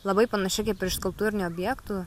labai panaši kaip ir skulptūrinių objektų